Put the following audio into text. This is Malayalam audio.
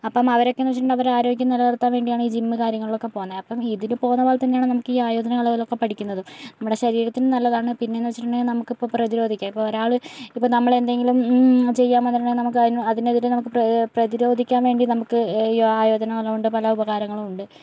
അപ്പം അവരൊക്കെയെന്ന് വെച്ചിട്ടുണ്ടെങ്കിൽ അവർ ആരോഗ്യം നിലനിർത്താൻ വേണ്ടിയാണ് ഈ ജിം കാര്യങ്ങളൊക്കെ പോകുന്നെ അപ്പം ഇതിന് പോകുന്ന പോലെ തന്നെയാണ് നമുക്ക് ഈ ആയോധനകലകൾ ഒക്കെ പഠിക്കുന്നത് നമ്മുടെ ശരീരത്തിന് നല്ലതാണ് പിന്നെയെന്ന് വെച്ചിട്ടുണ്ടെങ്കിൽ നമുക്ക് ഇപ്പോൾ പ്രതിരോധിക്കാൻ ഒരാൾ ഇപ്പോൾ നമ്മളെ എന്തെങ്കിലും ചെയ്യാൻ വന്നിട്ടുണ്ടെങ്കിൽ നമുക്ക് അതിന് അതിനെതിരെ നമുക്ക് പ്ര പ്രതിരോധിക്കാൻ വേണ്ടി നമുക്ക് ഈ ആയോധന കല കൊണ്ട് ഒരുപാട് ഉപകാരങ്ങൾ ഉണ്ട്